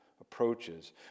approaches